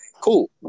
cool